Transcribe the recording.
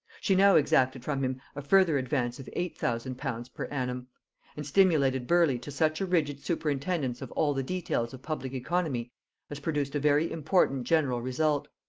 she now exacted from him a further advance of eight thousand pounds per annum and stimulated burleigh to such a rigid superintendence of all the details of public oeconomy as produced a very important general result.